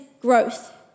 growth